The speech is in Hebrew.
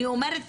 אני אומרת,